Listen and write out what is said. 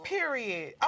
Period